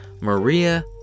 Maria